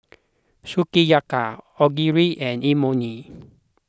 Sukiyaki Onigiri and Imoni